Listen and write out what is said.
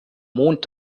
mond